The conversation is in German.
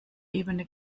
ebene